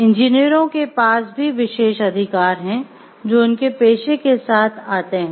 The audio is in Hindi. इंजीनियरों के पास भी विशेष अधिकार हैं जो उनके पेशे के साथ आते हैं